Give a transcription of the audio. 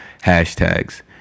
hashtags